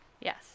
Yes